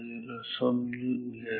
याला समजून घ्या